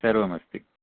सर्वमस्ति